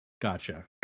Gotcha